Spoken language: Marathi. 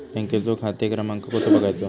बँकेचो खाते क्रमांक कसो बगायचो?